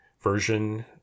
version